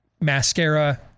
mascara